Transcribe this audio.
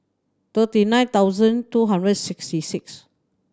thirty nine thousand two hundred sixty six